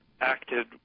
acted